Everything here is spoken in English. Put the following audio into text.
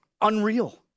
Unreal